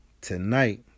tonight